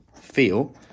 feel